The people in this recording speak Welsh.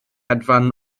hedfan